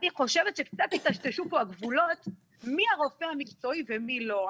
אני חושבת שקצת היטשטשו פה הגבולות לגבי מי הרופא המקצועי ומי לא.